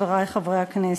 חברי חברי הכנסת.